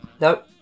Nope